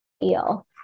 feel